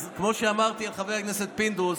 אז כמו שאמרתי על חבר הכנסת פינדרוס,